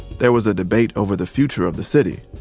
there was a debate over the future of the city.